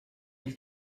elle